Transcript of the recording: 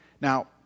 Now